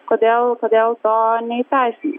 kodėl kodėl to neįteisinus